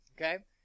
Okay